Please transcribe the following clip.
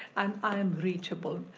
and i'm reachable.